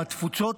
בתפוצות,